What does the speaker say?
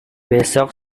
besok